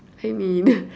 I mean